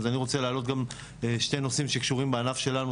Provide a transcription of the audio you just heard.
אז אני רוצה להעלות גם שני נושאים שקשורים בענף שלנו,